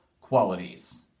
qualities